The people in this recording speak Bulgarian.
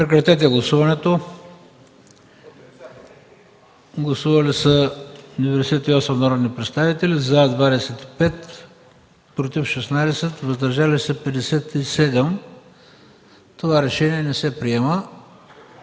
жалбите на гражданите. Гласували 98 народни представители: за 25, против 16, въздържали се 57. Това решение не се приема.